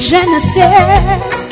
Genesis